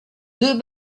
deux